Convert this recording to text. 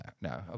no